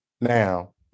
now